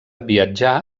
viatjà